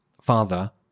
father